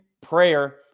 prayer